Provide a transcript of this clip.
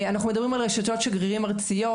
אנחנו מדברים על רשתות שגרירים ארציות,